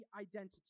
identity